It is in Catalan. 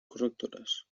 correctores